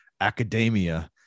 academia